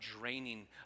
draining